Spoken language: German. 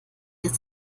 ist